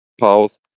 pause